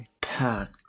packed